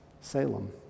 Salem